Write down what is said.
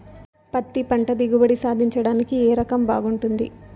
పత్తి పంట దిగుబడి సాధించడానికి ఏ రకం బాగుంటుంది?